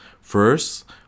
First